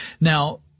Now